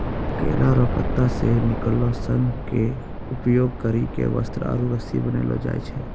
केला रो पत्ता से निकालो सन के उपयोग करी के वस्त्र आरु रस्सी बनैलो जाय छै